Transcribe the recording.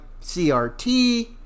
CRT